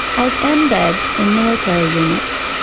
as embeds in military units,